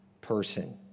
person